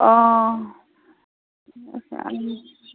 অঁ